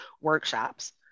workshops